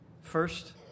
First